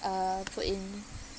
uh put in